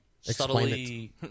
subtly